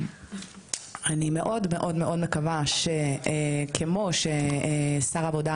ואני מאוד מקווה שכמו ששר העבודה,